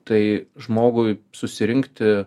tai žmogui susirinkti